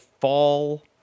fall